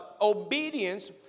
Obedience